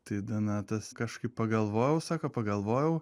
tai donatas kažkaip pagalvojau sako pagalvojau